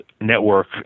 network